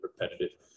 repetitive